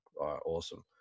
awesome